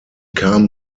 kam